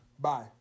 Bye